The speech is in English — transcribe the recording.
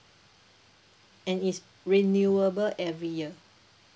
and is renewable every year